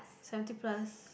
seventy plus